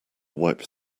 wipe